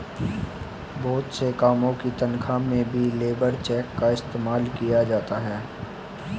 बहुत से कामों की तन्ख्वाह में भी लेबर चेक का इस्तेमाल किया जाता है